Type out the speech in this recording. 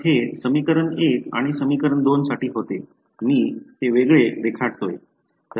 तर हे समीकरण १ आणि समीकरण २ साठी होते मी ते वेगळे रेखाटतोय